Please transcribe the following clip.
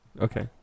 Okay